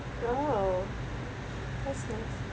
oh that's nice